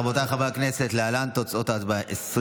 ההצעה להעביר את הצעת חוק